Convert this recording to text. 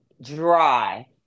Dry